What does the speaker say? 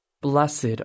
Blessed